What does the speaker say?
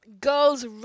Girls